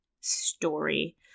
story